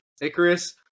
Icarus